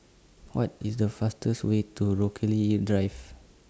What IS The fastest Way to Rochalie Drive